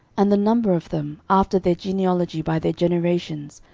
and the number of them, after their genealogy by their generations,